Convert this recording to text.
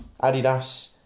Adidas